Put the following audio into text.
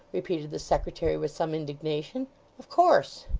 repeated the secretary with some indignation of course